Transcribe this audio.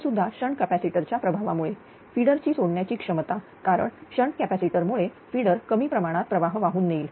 हे सुद्धा shunt capacitor च्या प्रभावामुळे फिडरची सोडण्याची क्षमता कारण शंट कॅपॅसिटर मुळे फिडर कमी प्रमाणात प्रवाह वाहून नेईल